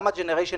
מה המוטיבציה